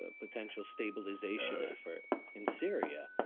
ah potential stabilization effort in syria.